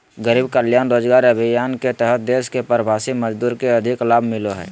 गरीब कल्याण रोजगार अभियान के तहत देश के प्रवासी मजदूर के अधिक लाभ मिलो हय